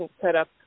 setup